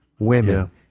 Women